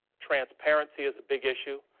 transparency is a big issues.